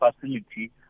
facility